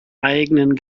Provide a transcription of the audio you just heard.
eigenen